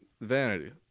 vanity